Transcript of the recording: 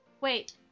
Wait